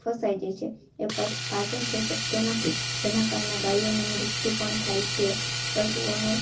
ફસાઈ જાય છે એ પાચન થઇ શકતો નથી જેનાં કારણે ગાયોનું મૃત્યુ પણ થાય છે પશુઓનું